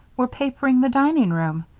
we're papering the dining-room,